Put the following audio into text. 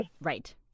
Right